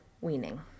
weaning